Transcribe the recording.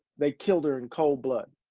they killed her in cold blood